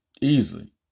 Easily